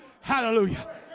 Hallelujah